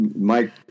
Mike